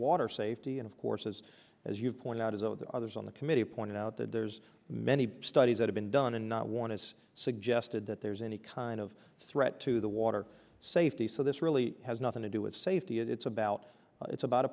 water safety and of course as as you point out as all of the others on the committee pointed out that there's many studies that have been done and not one has suggested that there's any kind of threat to the water safety so this really has nothing to do with safety it's about it's about a